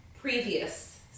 previous